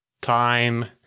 time